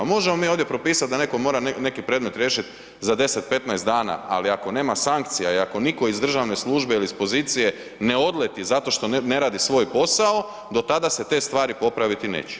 Možemo mi ovdje propisati da netko mora neki predmet riješiti za 10, 15 dana, ali ako nema sankcija i ako nitko iz državne službe ili s pozicije ne odleti zato što ne radi svoj posao, do tada se te stvari popraviti neće.